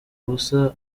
busa